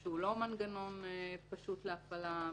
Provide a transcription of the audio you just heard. שהוא מנגנון לא פשוט להפעלה.